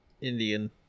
Indian